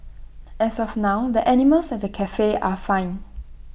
as of now the animals at the Cafe are fine